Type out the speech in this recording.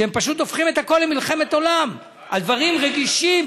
שפשוט הופכים הכול למלחמת עולם על דברים רגישים,